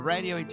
Radio